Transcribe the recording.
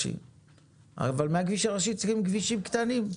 אבל מהכביש הראשי צריכים כבישים קטנים.